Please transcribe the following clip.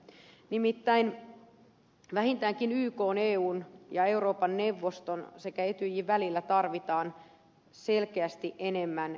nimittäin vähintäänkin ykn eun ja euroopan neuvoston sekä etyjin välillä tarvitaan selkeästi enemmän yhteistoimintaa